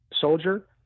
soldier